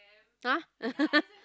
!huh!